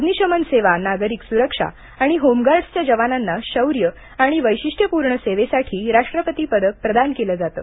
अग्निशमन सेवा नागरिक सुरक्षा आणि होमगार्ड्सच्या जवानांना शौर्य आणि वैशिष्ट्यपूर्ण सेवेसाठी राष्ट्रपती पदक प्रदान केले जाते